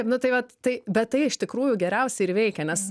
nu tai vat tai bet tai iš tikrųjų geriausiai ir veikia nes